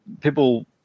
people